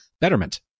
betterment